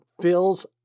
fills